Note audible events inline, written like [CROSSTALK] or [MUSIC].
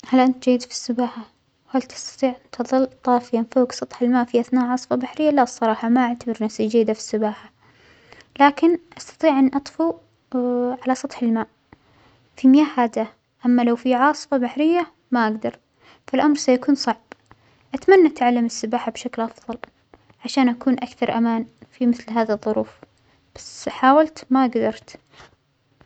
هل انت جيد في السباحة؟ وهل تستطيع أن تظل طافيا فوق سطح الماء في أثناء العاصفة البحرية؟ لا الصراحة ما أعتبر نفسي جيدة في السباحة، لكن أستطيع أن أطفو [HESITATION] على سطح الماء في مياة هادئة، أما لو عاصفة بحرية ما أجدر الأمر سيكون صعب، أتمنى أتعلم السباحة بشكل أفظل عشان أكون أكثر أمان في مثل هذا الظروف، بس حاولت ما جدرت.